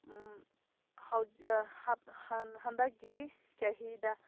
ꯍꯟꯗꯛꯀꯤ ꯆꯍꯤꯗ